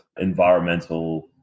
environmental